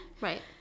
Right